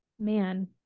man